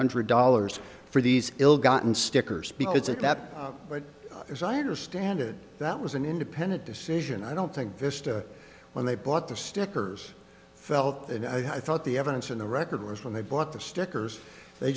hundred dollars for these ill gotten stickers because at that but as i understand it that was an independent decision i don't think vista when they bought the stickers felt that i thought the evidence in the record was when they bought the stickers they